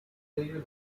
later